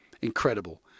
incredible